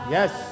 Yes